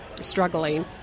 struggling